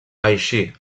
així